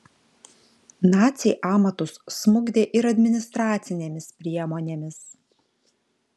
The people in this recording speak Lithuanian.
naciai amatus smukdė ir administracinėmis priemonėmis